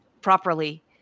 properly